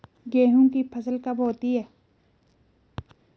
गेहूँ की फसल कब होती है?